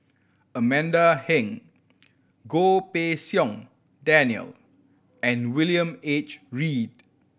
Amanda Heng Goh Pei Siong Daniel and William H Read